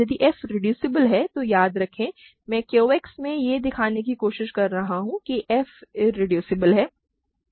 यदि f reducible है तो याद रखें मैं Q X में यह दिखाने की कोशिश कर रहा हूं कि f इरेड्यूसिबल है